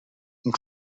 and